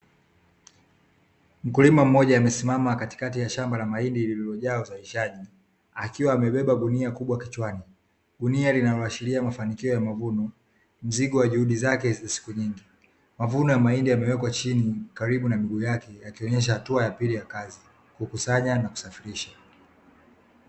Mkulima mmoja amesimama katikati ya shamba la mahindi lilojaa uzalishaji akiwa amebeba gunia kubwa kichwani, gunia linaloashiria mafanikio ya mavuno mzigo wa juhudi zake za siku nyingi. Mavuno ya mahindi yamewekwa chini karibu na miguu yake akionyesha hatua ya pili ya kazi kukusanya na kusafirisha.